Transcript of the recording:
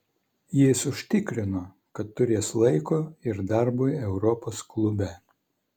jis užtikrino kad turės laiko ir darbui europos klube